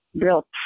real